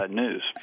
news